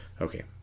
okay